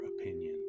opinion